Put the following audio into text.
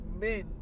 men